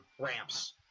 ramps